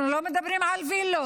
אנחנו לא מדברים על וילות,